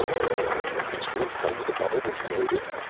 didn't any of your instruments tell you the bubble was loaded?